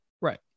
right